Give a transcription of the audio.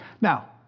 Now